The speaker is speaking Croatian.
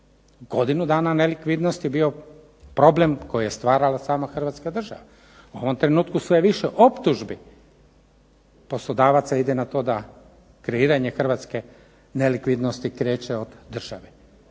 Godinu dana nelikvidnosti bio problem koji je stvarala sama hrvatska država. U ovom trenutku sve je više optužbi poslodavaca ide na to da kreiranje hrvatske nelikvidnosti kreće od države,